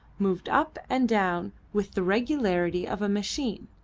moved up and down with the regularity of a machine.